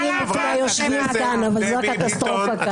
הם מנצלים --- וזאת הקטסטרופה.